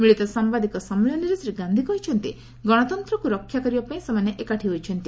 ମିଳିତ ସାମ୍ବାଦିକ ସମ୍ମିଳନୀରେ ଶ୍ରୀ ଗାନ୍ଧି କହିଛନ୍ତି ଗଣତନ୍ତ୍ରକୁ ରକ୍ଷା କରିବା ପାଇଁ ସେମାନେ ଏକାଠି ହୋଇଛନ୍ତି